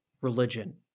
religion